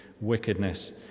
wickedness